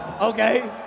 Okay